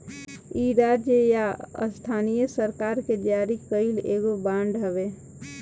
इ राज्य या स्थानीय सरकार के जारी कईल एगो बांड हवे